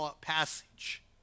passage